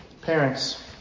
Parents